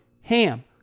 HAM